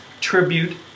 Tribute